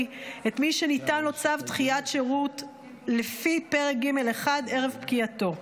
את מי שניתן לו צו דחיית שירות לפי פרק ג'1 ערב פקיעתו,